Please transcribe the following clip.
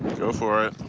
go for it.